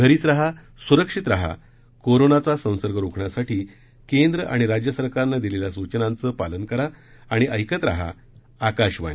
घरीच रहा सुरक्षित रहा कोरोनाचा संसर्ग रोखण्यासाठी केंद्र आणि राज्य सरकारनं दिलेल्या सूचनांचं पालन करा आणि ऐकत रहा आकाशवाणी